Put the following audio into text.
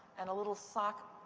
and a little sock